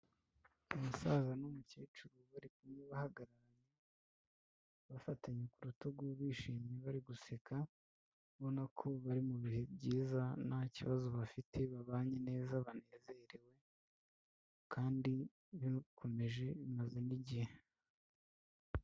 Umusaza n'umukecuru bari kumwe bahagararanye, bafatanya ku rutugu bishimye, bari guseka, ubona ko bari mu bihe byiza nta kibazo bafite babanye neza, banezerewe kandi bikomeje bimaze n'igihe.